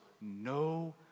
no